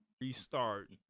restart